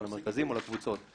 למרכזים או לקבוצות.